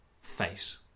face